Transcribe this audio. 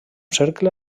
cercle